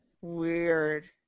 Weird